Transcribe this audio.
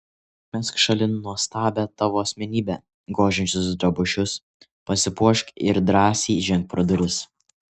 mesk šalin nuostabią tavo asmenybę gožiančius drabužius pasipuošk ir drąsiai ženk pro duris